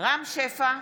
רם שפע,